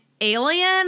alien